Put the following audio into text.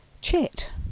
chat